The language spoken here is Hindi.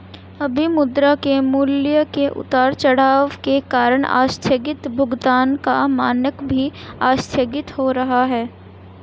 अभी मुद्रा के मूल्य के उतार चढ़ाव के कारण आस्थगित भुगतान का मानक भी आस्थगित हो रहा है